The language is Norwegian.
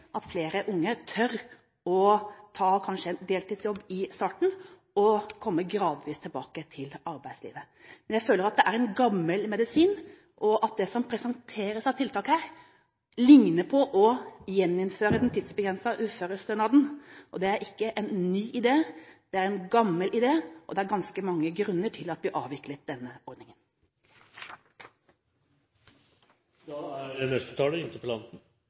at flere unge tør å ta kanskje en deltidsjobb i starten og komme gradvis tilbake til arbeidslivet. Men jeg føler at det Høyre foreslår er en gammel medisin, og at det som presenteres av tiltak her, likner på å gjeninnføre den tidsbegrensede uførestønaden. Det er ikke en ny idé. Det er en gammel idé. Det er ganske mange grunner til at vi avviklet den ordningen. Jeg takker for svaret fra statsråden. Jeg har